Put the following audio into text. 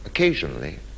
Occasionally